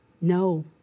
No